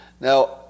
Now